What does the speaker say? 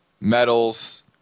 metals